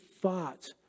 thoughts